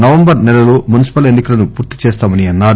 November నెలలో municipal ఎన్ని కలను పూర్తి చేస్తామన్నారు